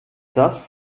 das